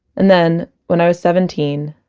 and then, when i was seventeen,